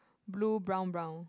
blue brown brown